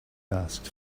asked